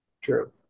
True